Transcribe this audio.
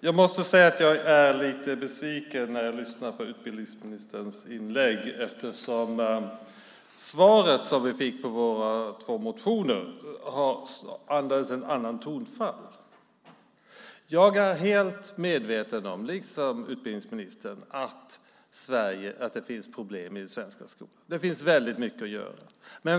Jag blir lite besviken när jag lyssnar på utbildningsministerns inlägg, eftersom tonfallet i svaret på våra två interpellationer var ett annat. Liksom utbildningsministern är jag helt medveten om att det finns problem i den svenska skolan. Det finns mycket att göra.